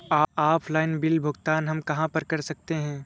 Offline bill भुगतान हम कहां कर सकते हैं?